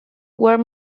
were